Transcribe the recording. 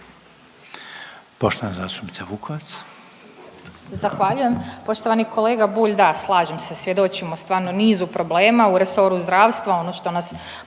Poštovana zastupnica Vukovac.